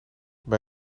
bij